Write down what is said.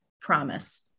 promise